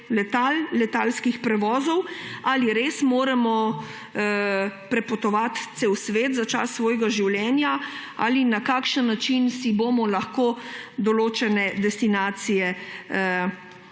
letalskih prevozov, ali res moramo prepotovati cel svet za čas svojega življenja, ali in na kakšen način si bomo lahko določene destinacije